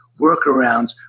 workarounds